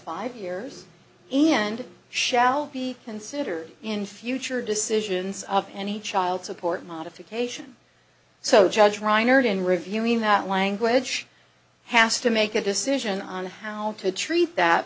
five years and shall be consider in future decisions of any child support modification so judge reinard in reviewing that language has to make a decision on how to treat that